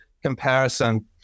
Comparison